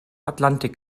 atlantik